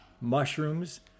mushrooms